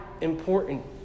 important